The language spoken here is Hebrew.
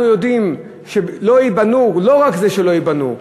אנחנו יודעים שלא רק שלא ייבנו,